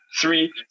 three